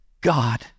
God